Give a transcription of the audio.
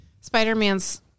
Spider-Man's